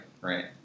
right